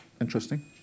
interesting